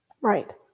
Right